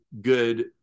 good